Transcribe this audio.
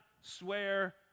swear